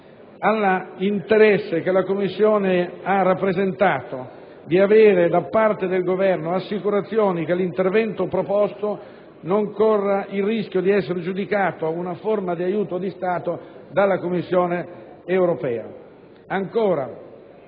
all'interesse che la Commissione ha rappresentato di avere da parte del Governo assicurazioni che l'intervento proposto non corra il rischio di essere giudicato una forma di aiuto di Stato dalla Commissione europea. Ancora,